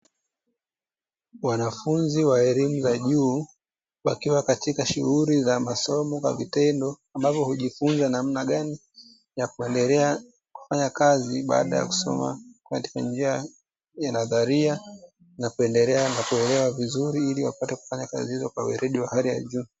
Wanafunzi wa elimu za juu wakiwa katika shughuli za masomo kwa vitendo ambapo hujifunza namna gani ya kuendelea kufanya kazi baada ya kusoma kwa njia ya nadharia na kuendelea kuelewa vizuri ili waweze kufanya kazi hizo kwa weledi wa hali ya juu.